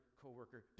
coworker